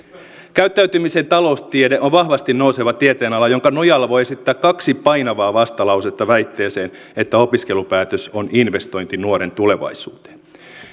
käyttäytymisen taloustiede on vahvasti nouseva tieteenala jonka nojalla voi esittää kaksi painavaa vastalausetta väitteeseen että opiskelupäätös on investointi nuoren tulevaisuuteen